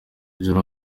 joro